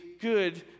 good